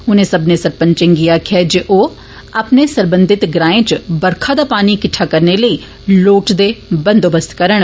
उनें सब्मने सरपंचें गी आखेआ जे ओह् अपने सरबंधत ग्राएं च बरखा दा पानी किट्ठा करने लेई लोड़चदे बंदोबस्त करन